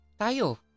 Tayo